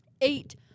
eight